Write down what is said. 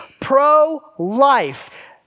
pro-life